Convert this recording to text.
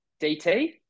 DT